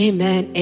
Amen